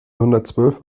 hundertzwölf